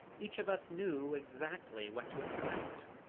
each of us knew exactly what to expect.